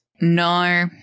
No